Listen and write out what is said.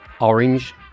orange